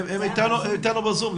הם איתנו בזום,